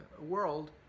world